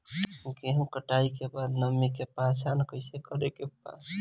गेहूं कटाई के बाद नमी के पहचान कैसे करेके बा?